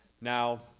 Now